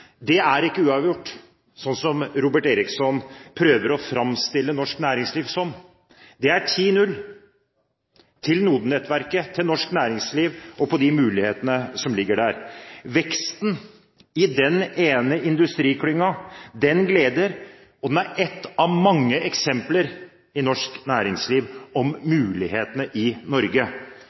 Det er ikke «uavgjort», slik Robert Eriksson prøver å framstille norsk næringsliv som. Det er 10–0 til NODE-nettverket, til norsk næringsliv og de mulighetene som ligger der. Veksten i den ene industriklyngen gleder, og den er ett av mange eksempler i norsk næringsliv på mulighetene i Norge.